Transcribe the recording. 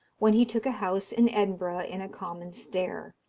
when he took a house in edinburgh in a common stair.